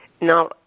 Now